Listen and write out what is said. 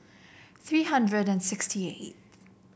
three hundred and sixty eighth